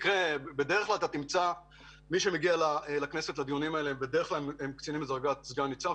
בדרך כלל מי שמגיע לדיוני הכנסת הם קצינים בדרגת סגן ניצב,